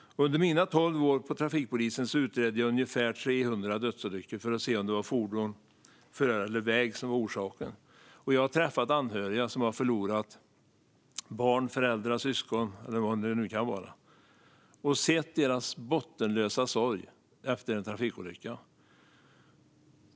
Under mina tolv år vid trafikpolisen utredde jag ungefär 300 dödsolyckor för att se om det var fordon, förare eller väg som var orsaken. Och jag har träffat anhöriga som har förlorat barn, föräldrar, syskon och så vidare i en trafikolycka och sett deras bottenlösa sorg.